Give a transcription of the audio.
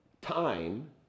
time